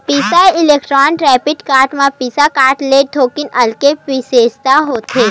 बिसा Electron debit card म Visa card ले थोकिन अलगे बिसेसता होथे